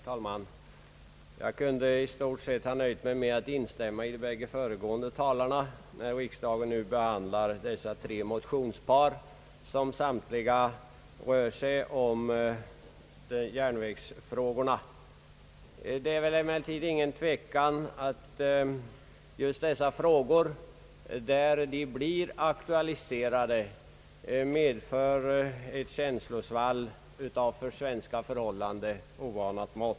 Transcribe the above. Herr talman! Jag kunde i stort sett ha nöjt mig med att instämma med de båda föregående talarna när riksdagen nu behandlar de tre motionspar vilka samtliga rör sig om järnvägsfrågorna. Det är emellertid inget tvivel om att just dessa frågor, där de blir aktualiserade, medför ett känslosvall av för svenska förhållanden oanade mått.